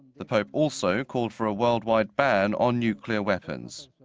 the pope also called for a world-wide ban on nuclear weapons.